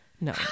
no